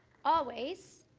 always.